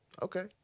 Okay